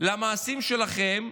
למעשים שלכם.